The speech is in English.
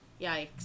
Yikes